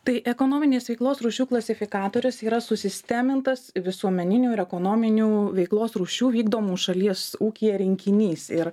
tai ekonominės veiklos rūšių klasifikatorius yra susistemintas visuomeninių ir ekonominių veiklos rūšių vykdomų šalies ūkyje rinkinys ir